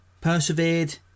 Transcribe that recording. Persevered